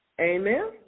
Amen